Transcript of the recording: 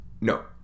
No